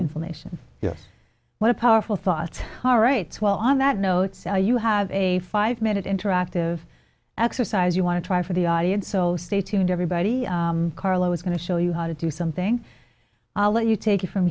information yes what a powerful thought all right well on that note so you have a five minute interactive exercise you want to try for the audience so stay tuned everybody carlo is going to show you how to do something i'll let you take it from